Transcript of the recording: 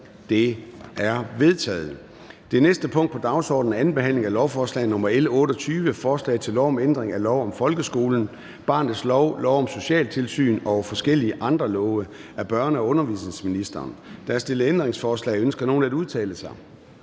Det er vedtaget. --- Det næste punkt på dagsordenen er: 22) 2. behandling af lovforslag nr. L 28: Forslag til lov om ændring af lov om folkeskolen, barnets lov, lov om socialtilsyn og forskellige andre love. (Styrkelse af undervisningen for anbragte og udsatte børn